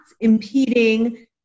impeding